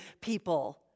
people